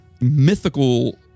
mythical